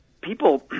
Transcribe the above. people